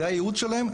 זה הייעוד שלהם,